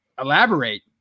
elaborate